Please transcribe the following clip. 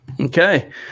Okay